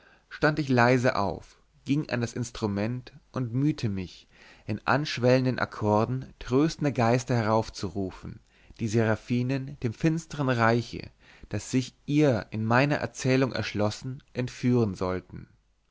stand ich leise auf ging an das instrument und mühte mich in anschwellenden akkorden tröstende geister heraufzurufen die seraphinen dem finstern reiche das sich ihr in meiner erzählung erschlossen entführen sollten